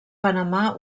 panamà